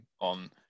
on